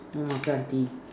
no more auntie